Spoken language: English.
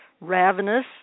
Ravenous